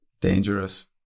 dangerous